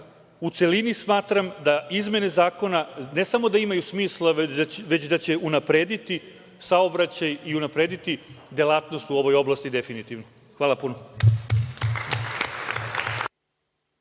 u celini smatram da izmene zakona ne samo da imaju smisla, već da će unaprediti saobraćaj i unaprediti delatnost u ovoj oblasti definitivno. Hvala puno.